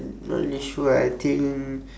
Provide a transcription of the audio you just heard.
not really sure I think